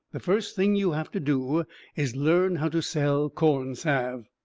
the first thing you have to do is learn how to sell corn salve.